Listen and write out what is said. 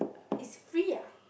is free ah